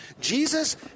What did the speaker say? Jesus